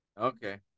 Okay